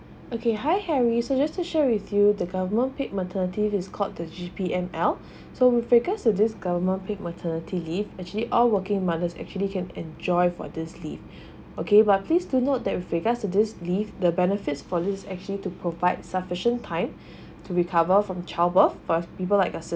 okay hi harry so just to share with you the government paid maternity leave is called the G_P_M_L so with regards to this government paid maternity leave actually all working mothers actually can enjoy for this leave okay but please to note that with regards to this leave the benefits for this actually to provide sufficient time to recover from child birth for people like your